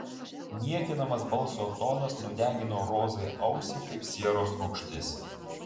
niekinamas balso tonas nudegino rozai ausį kaip sieros rūgštis